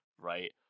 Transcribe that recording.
right